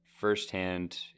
firsthand